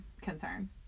Concern